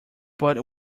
but